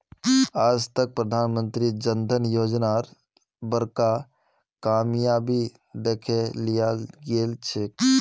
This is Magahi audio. आज तक प्रधानमंत्री जन धन योजनार बड़का कामयाबी दखे लियाल गेलछेक